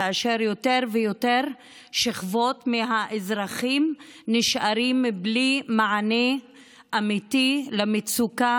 כאשר יותר ויותר שכבות של האזרחים נשארים בלי מענה אמיתי על המצוקה